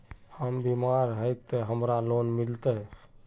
हम बीमार है ते हमरा लोन मिलते?